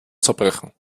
zerbrechen